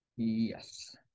Yes